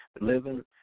living